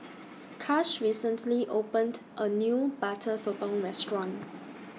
Kash recently opened A New Butter Sotong Restaurant